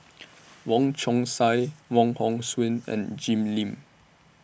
Wong Chong Sai Wong Hong Suen and Jim Lim